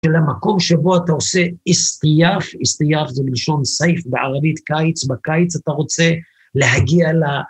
של המקום שבו אתה עושה אסטייף, אסטייף זה מלשון סייף בערבית, קיץ, בקיץ אתה רוצה להגיע ל...